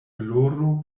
gloro